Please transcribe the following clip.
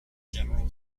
general